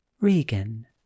Regan